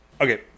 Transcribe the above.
Okay